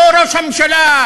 לא לראש הממשלה,